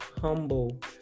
humble